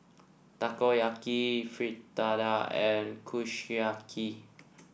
Takoyaki Fritada and Kushiyaki